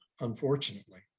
unfortunately